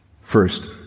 First